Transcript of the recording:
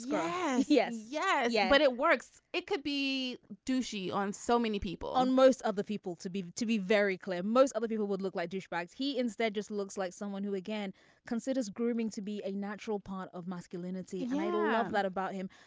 yeah yes. yeah. yeah but it works it could be do she on so many people on most of the people to be to be very clear. most other people would look like douchebags he instead just looks like someone who again considers grooming to be a natural part of masculinity. i love that about him.